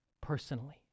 Personally